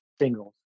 singles